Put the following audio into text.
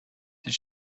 did